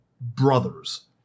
brothers